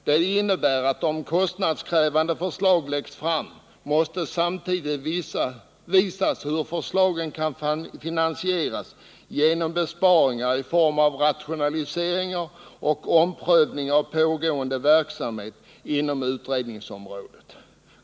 Det innebär att om kostnadskrävande förslag läggs fram måste samtidigt visas hur förslagen kan finansieras genom besparingar i form av rationaliseringar och omprövning av pågående verksamhet inom utredningsområdet.